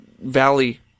Valley